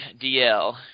DL